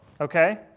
okay